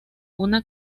una